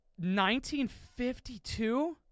1952